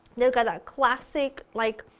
they're got that classic like,